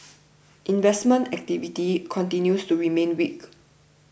investment activity continues to remain weak